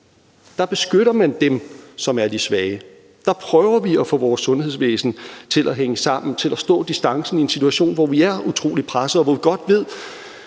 Der beskytter man dem, som er de svage. Der prøver vi at få vores sundhedsvæsen til at hænge sammen, til at stå distancen, i en situation, hvor vi er utrolig pressede, og hvor vi godt ved,